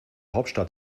hauptstadt